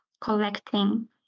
collecting